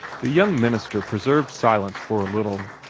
the young minister preserved silence for a little,